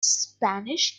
spanish